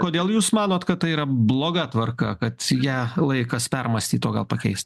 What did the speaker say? kodėl jūs manot kad tai yra bloga tvarka kad ją laikas permąstyt o gal pakeist